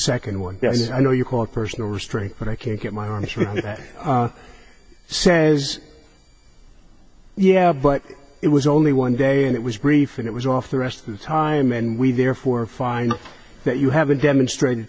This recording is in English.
second one i know you call personal restraint but i can't get my arms she says yeah but it was only one day and it was brief and it was off the rest of the time and we therefore find that you have a demonstrated